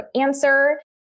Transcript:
answer